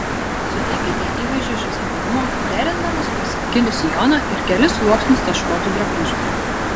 suteikite įvaizdžiui žaismingumo derindamos klasikinį sijoną ir kelis sluoksnius taškuotų drabužių